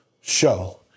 Show